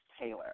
Taylor